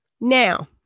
Now